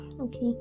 okay